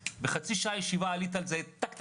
בחצי שעה של ישיבה עלית על זה: טק,